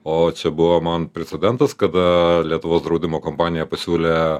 o čia buvo man precedentas kada lietuvos draudimo kompanija pasiūlė